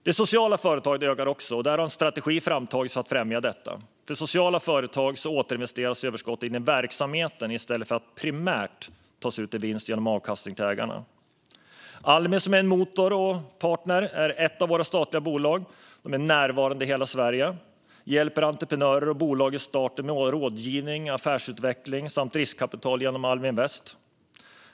Det sociala företagandet ökar också, och en strategi har framtagits för att främja detta. För sociala företag återinvesteras överskottet in i verksamheten i stället för att primärt tas ut i vinst genom avkastning till ägarna. Almi, som är en motor och partner, är ett av våra statliga bolag. De finns närvarande i hela Sverige och hjälper entreprenörer och bolag i starten med rådgivning, affärsutveckling samt riskkapital genom Almi Invest.